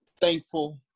thankful